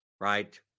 right